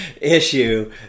issue